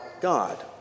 God